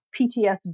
PTSD